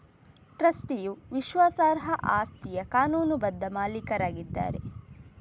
ಟ್ರಸ್ಟಿಯು ವಿಶ್ವಾಸಾರ್ಹ ಆಸ್ತಿಯ ಕಾನೂನುಬದ್ಧ ಮಾಲೀಕರಾಗಿದ್ದಾರೆ